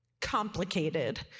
Complicated